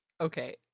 okay